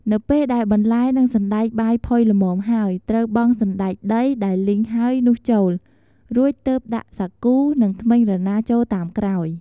នៅពេលដែលបន្លែ និងសណ្ដែកបាយផុយល្មមហើយ ត្រូវបង់សណ្ដែកដីដែលលីងហើយនោះចូល រួចទើបដាក់សាគូ និងធ្មេញរណាចូលតាមក្រោយ។